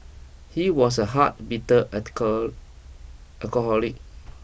he was a hard bitter article alcoholic